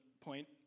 point